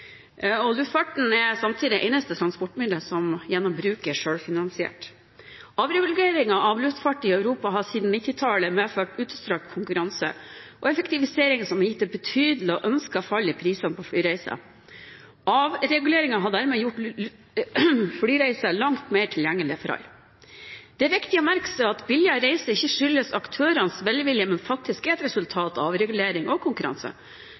luftfart. Luftfarten er samtidig det eneste transportmiddelet som gjennom bruk er selvfinansierende. Avreguleringen av luftfart i Europa har siden 1990-tallet medført utstrakt konkurranse og effektivisering, noe som har gitt et betydelig og ønsket fall i prisene på flyreiser. Avregulering har dermed gjort flyreiser langt mer tilgjengelig for alle. Det er viktig å merke seg at billigere reiser ikke skyldes aktørenes velvilje, men faktisk er et resultat av avregulering og konkurranse